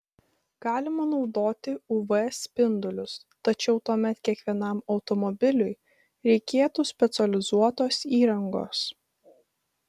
galima naudoti uv spindulius tačiau tuomet kiekvienam automobiliui reikėtų specializuotos įrangos